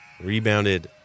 Rebounded